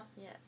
Yes